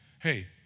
hey